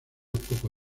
poco